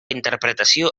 interpretació